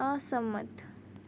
અસંમત